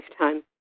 lifetime